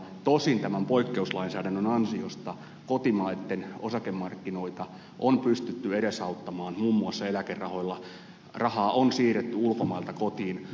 tosin tämän poikkeuslainsäädännön ansiosta kotimaisia osakemarkkinoita on pystytty edesauttamaan muun muassa eläkerahoilla rahaa on siirretty ulkomailta kotiin